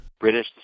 British